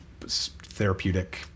therapeutic